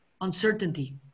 Uncertainty